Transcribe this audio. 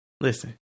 listen